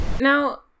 Now